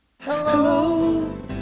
Hello